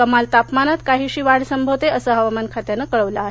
कमाल तापमानात काहीशी वाढ संभवते असं हवामान खात्यानं कळवलं आहे